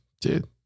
dude